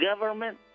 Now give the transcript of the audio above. government